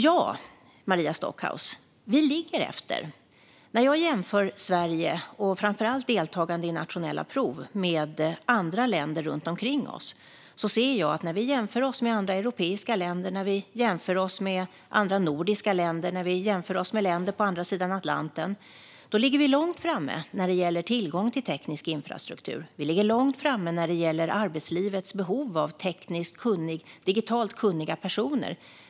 Ja, Maria Stockhaus, vi ligger efter. När jag tittar på Sverige och framför allt deltagandet i nationella prov ser jag att vi, i jämförelse med andra europeiska och nordiska länder och länder på andra sidan Atlanten, ligger långt framme när det gäller tillgång till teknisk infrastruktur och arbetslivets behov av digitalt kunniga personer.